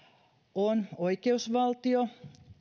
on oikeusvaltio